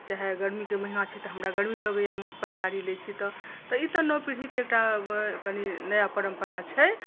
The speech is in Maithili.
चाहे गर्मीके महीना छै तऽ हमरा गर्मी लगैया माथ पर साड़ी लै छी तऽ ई तऽ नव पीढ़ीकेँ कनि टा नया परम्परा छै